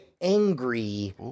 angry